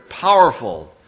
powerful